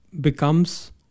becomes